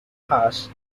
hours